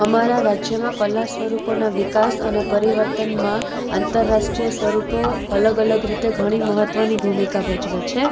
અમારા રાજ્યમાં કલા સ્વરૂપોના વિકાસ અને પરિવર્તનમાં આંતરરાષ્ટ્રીય સ્વરૂપો અલગ અલગ રીતે ઘણી મહત્વની ભૂમિકા ભજવે છે